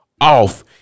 off